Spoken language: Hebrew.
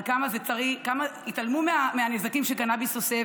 על כמה זה, והתעלמו מהנזקים שקנביס עושה.